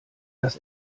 dass